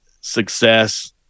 success